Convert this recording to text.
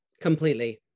completely